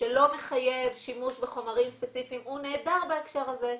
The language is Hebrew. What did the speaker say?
שלא מחייב שימוש בחומרים ספציפיים הוא נהדר בהקשר הזה.